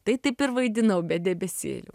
tai taip ir vaidinau be debesėlio